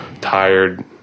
tired